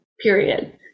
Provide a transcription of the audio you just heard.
period